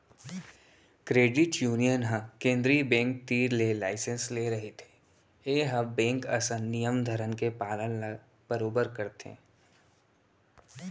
credit union ह केंद्रीय bank तीर ले लाइसेंस ले रहिथे ए ह बेंक असन नियम धियम के पालन ल बरोबर करथे